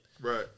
Right